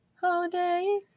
holiday